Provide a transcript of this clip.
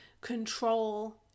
control